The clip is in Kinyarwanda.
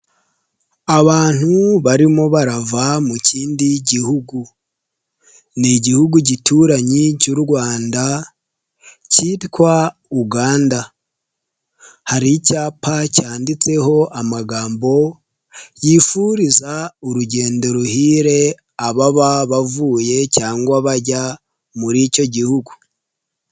Abantu barimo barava mu kindi gihugu, ni Igihugu gituranyi cy'u Rwanda, cyitwa Uganda hari icyapa cyanditseho amagambo yifuriza urugendo ruhire ababa bavuye cyangwa bajya muri icyo gihugu.